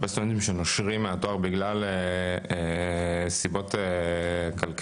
יש סטודנטים שנושרים מהתואר בגלל סיבות כלכליות.